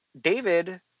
David